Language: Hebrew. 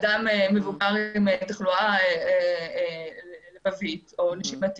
אדם מבוגר עם תחלואה לבבית או נשימתית,